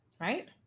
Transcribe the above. right